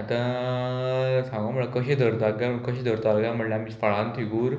आतां सांगो म्हळ्यार कशें धरता कांय कशें धरताले कांय म्हळ्यार आमी थळान थिगूर